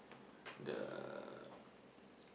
the